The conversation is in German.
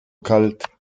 kalt